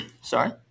Sorry